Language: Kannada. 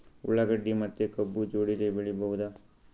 ಉಳ್ಳಾಗಡ್ಡಿ ಮತ್ತೆ ಕಬ್ಬು ಜೋಡಿಲೆ ಬೆಳಿ ಬಹುದಾ?